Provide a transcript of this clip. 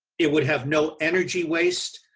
it would have no energy waste.